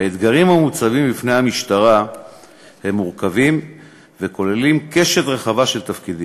האתגרים הניצבים בפני המשטרה הם מורכבים וכוללים קשת רחבה של תפקידים.